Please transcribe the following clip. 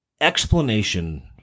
explanation